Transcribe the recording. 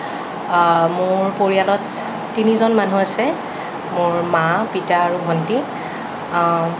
মোৰ পৰিয়ালত তিনিজন মানুহ আছে মোৰ মা পিতা আৰু ভন্টি